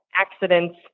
accidents